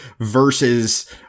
versus